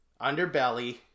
underbelly